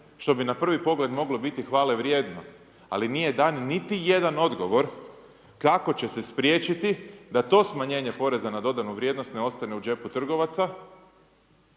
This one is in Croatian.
što bi na prvi pogled mogli biti hvale vrijedno, ali nije dan niti jedan odgovor kako će se spriječiti da to smanjenje PDV-a ne ostane u džepu trgovaca.